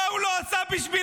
מה הוא לא עשה בשבילנו?